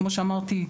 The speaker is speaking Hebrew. כמו שאמרתי,